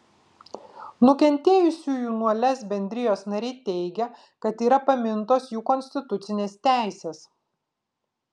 nukentėjusiųjų nuo lez bendrijos nariai teigia kad yra pamintos jų konstitucinės teisės